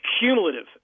cumulative